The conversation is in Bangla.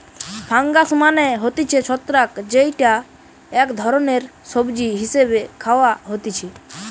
ফাঙ্গাস মানে হতিছে ছত্রাক যেইটা এক ধরণের সবজি হিসেবে খাওয়া হতিছে